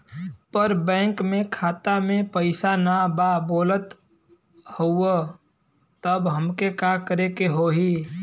पर बैंक मे खाता मे पयीसा ना बा बोलत हउँव तब हमके का करे के होहीं?